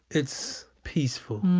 it's peaceful.